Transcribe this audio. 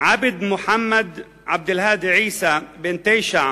עבד מוחמד עבד-אלהאדי עיסא, בן 9,